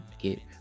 get